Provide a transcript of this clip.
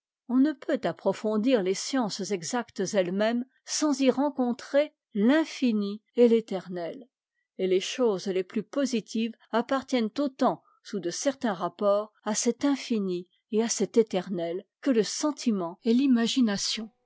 on ne peut approfondir les sciences exactes elles-mêmes sans y rencontrer l'infini et l'éternel et les choses les plus positives appartiennent autant sous de certains rapports à cet infini et à cet éternet que ie sentiment et l'imagination